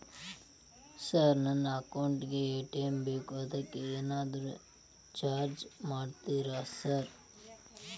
Sir ನನ್ನ account ಗೇ ATM ಬೇಕು ಅದಕ್ಕ ಏನಾದ್ರು ಚಾರ್ಜ್ ಮಾಡ್ತೇರಾ ಸರ್?